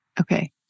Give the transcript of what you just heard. okay